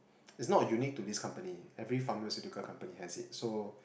is not unique to this company every pharmaceutical company has it so